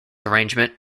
arrangement